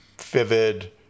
vivid